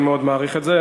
אני מאוד מעריך את זה,